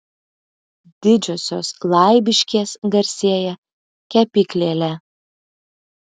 didžiosios laibiškės garsėja kepyklėle